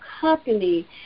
company